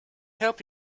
help